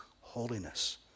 holiness